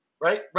right